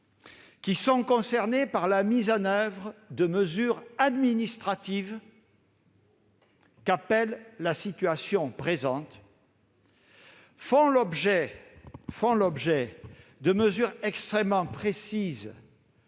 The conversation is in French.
qui sont concernés par la mise en oeuvre des mesures administratives qu'appelle la présente situation, font l'objet de mesures extrêmement précises